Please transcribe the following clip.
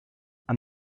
and